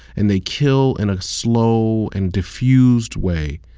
and they kill in a slow and diffused way